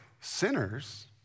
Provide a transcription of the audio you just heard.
sinners